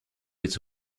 its